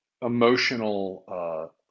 emotional